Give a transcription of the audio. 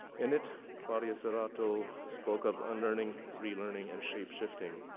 in it, claudia serrato spoke of unlearning, relearning and shapeshifting.